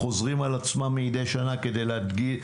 חוזרים על עצמם מדי שנה כדי להגדיל,